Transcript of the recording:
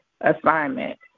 assignment